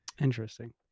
Interesting